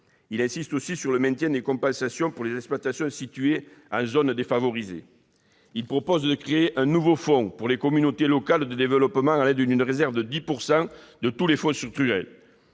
Il insiste aussi sur le maintien des compensations pour les exploitations situées en zone défavorisée. Il propose de créer un nouveau fonds pour les communautés locales de développement, à l'aide d'une réserve de 10 % de tous les fonds structurels.